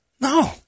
No